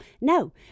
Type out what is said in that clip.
No